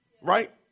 right